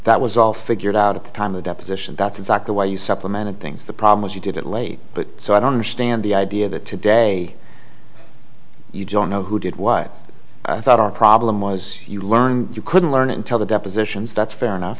that was all figured out at the time of deposition that's exactly why you supplemented things the problem was you did it late but so i don't understand the idea that today you don't know who did what i thought our problem was you learned you couldn't learn until the depositions that's fair enough